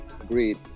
Agreed